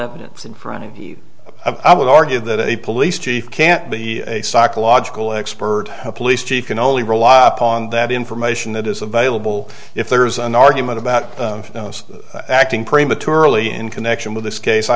evidence in front of you and i would argue that a police chief can't be a psychological expert a police chief can only rely upon that information that is available if there is an argument about acting prematurely in connection with this case i